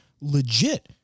legit